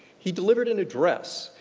he delivered an address,